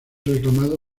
reclamado